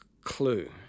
clue